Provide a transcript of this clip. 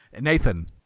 Nathan